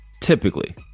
typically